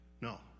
No